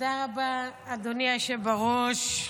תודה רבה, אדוני היושב-ראש.